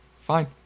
Fine